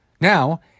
Now